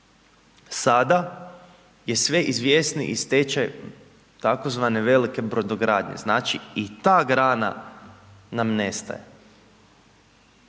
sada je sve izvjesniji i stečaj tzv. velike brodogradnje. Znači i ta grana nam nestaje.